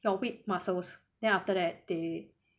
your muscles then after that they